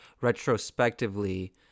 retrospectively